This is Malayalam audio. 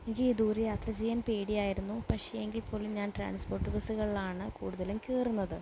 എനിക്ക് ഈ ദൂരയാത്ര ചെയ്യാൻ പേടിയായിരുന്നു പക്ഷേ എങ്കിൽപ്പോലും ഞാൻ ട്രാൻസ്പോർട്ട് ബസ്സുകളിലാണ് കൂടുതലും കയറുന്നത്